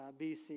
BC